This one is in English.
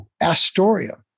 Astoria